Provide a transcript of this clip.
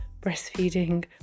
breastfeeding